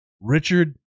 Richard